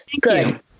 good